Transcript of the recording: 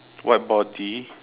white body